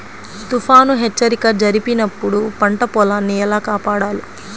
తుఫాను హెచ్చరిక జరిపినప్పుడు పంట పొలాన్ని ఎలా కాపాడాలి?